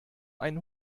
einen